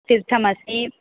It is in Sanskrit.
सिद्धमस्ति